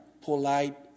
polite